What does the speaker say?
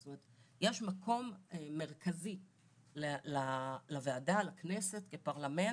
זאת אומרת, יש מקום מרכזי לוועדה, לכנסת, כפרלמנט,